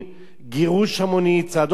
גירוש המוני, צעדות מוות,